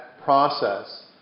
process